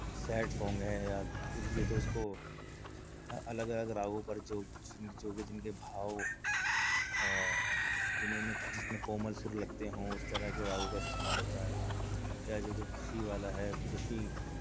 sad song ہے یا کچھ بھی ہے تو اُس کو الگ الگ راگوں پر جو جو کہ جن کے بھاؤ جنوں میں جس میں کومل سُر لگتے ہوں اُس طرح کے راگوں کا استعمال ہوتا ہے ایسے تو خوشی والا ہے خوشی